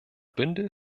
bündel